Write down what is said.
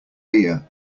beer